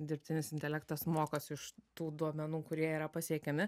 dirbtinis intelektas mokosi iš tų duomenų kurie yra pasiekiami